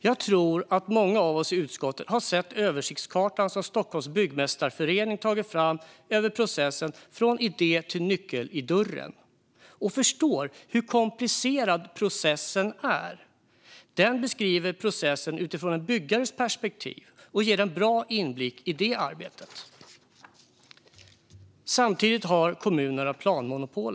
Jag tror att många av oss i utskottet har sett översiktskartan som Stockholms Byggmästareförening tagit fram över processen från idé till nyckel i dörren och förstår hur komplicerad processen är. Den beskriver processen utifrån en byggares perspektiv och ger en bra inblick i detta arbete. Samtidigt har kommunerna ett planmonopol.